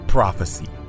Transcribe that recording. Prophecy